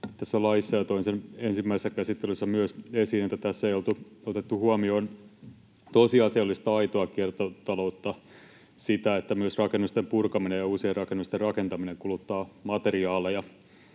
tässä laissa — ja toin sen myös ensimmäisessä käsittelyssä esiin — että tässä ei oltu otettu huomioon tosiasiallista, aitoa kiertotaloutta, sitä, että myös rakennusten purkaminen ja uusien rakennusten rakentaminen kuluttaa materiaaleja.